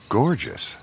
gorgeous